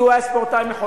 כי הוא היה ספורטאי מחונן,